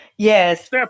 Yes